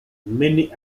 many